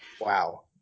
Wow